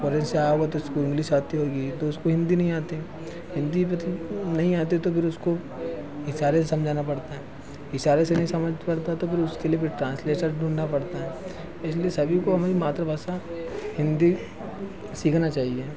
परदेस से आया वह तो इसको इंग्लिश आती होगी तो उसको हिन्दी नहीं आती हिन्दी पथी नहीं आती तो फिर उसको इशारे से नहीं समझाना पड़ता है इशारे से नहीं समझ पड़ता तो फिर उसके लिए फिर ट्रांसलेसर ढूँढना पड़ता है इसलिए सभी को हमारी मातृभाषा हिन्दी सीखना चाहिए